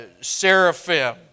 seraphim